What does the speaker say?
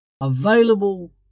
Available